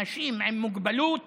אנשים עם מוגבלות